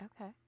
Okay